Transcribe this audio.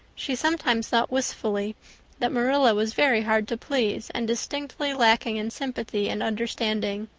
she sometimes thought wistfully that marilla was very hard to please and distinctly lacking in sympathy and understanding.